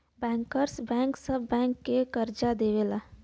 bankers bank सब bank के करजा देवला